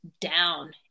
down